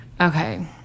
Okay